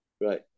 Right